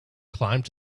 climbed